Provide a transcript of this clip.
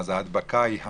שאז ההדבקה היא המונית.